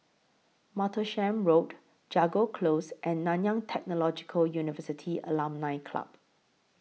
Martlesham Road Jago Close and Nanyang Technological University Alumni Club